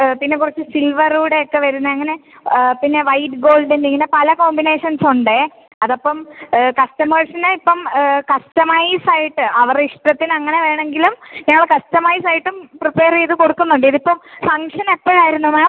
പിന്നെ കുറച്ച് സിലവറ് കൂടെ ഒക്കെ വരുന്ന അങ്ങനെ പിന്നെ വൈറ്റ് ഗോൾഡിൻ്റെ ഇങ്ങനെ പല കോമ്പിനേഷൻസ് ഉണ്ട് അത് അപ്പം കസ്റ്റമേഴ്സിന് ഇപ്പം കസ്റ്റമൈസായിട്ട് അവരെ ഇഷ്ടത്തിന് എങ്ങനെ വേണമെങ്കിലും ഞങ്ങൾ കസ്റ്റമൈസ് ആയിട്ടും പ്രിപ്പേറ് ചെയ്ത് കൊടുക്കുന്നുണ്ട് ഇത് ഇപ്പോൾ ഫംഗ്ഷൻ എപ്പോഴായിരുന്നു മാം